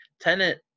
tenant